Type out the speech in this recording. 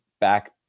back